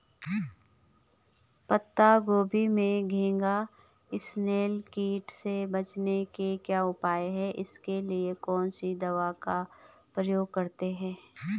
पत्ता गोभी में घैंघा इसनैल कीट से बचने के क्या उपाय हैं इसके लिए कौन सी दवा का प्रयोग करते हैं?